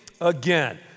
again